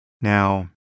Now